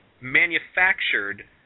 manufactured